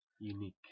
Unique